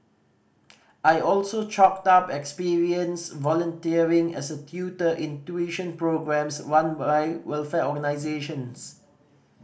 I also chalked up experience volunteering as a tutor in tuition programmes one by welfare organisations